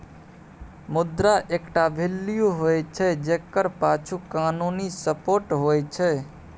मुद्रा एकटा वैल्यू होइ छै जकर पाछु कानुनी सपोर्ट होइ छै